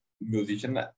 musician